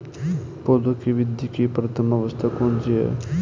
पौधों की वृद्धि की प्रथम अवस्था कौन सी है?